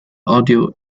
audio